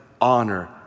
honor